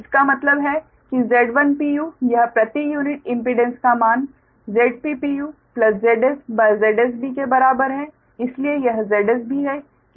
इसका मतलब है कि Z1 यह प्रति यूनिट इम्पीडेंस का मान ZppuZs ZsB के बराबर है इसलिए यह ZsB है क्योंकि Zs ZsB है